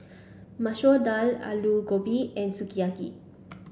Masoor Dal Alu Gobi and Sukiyaki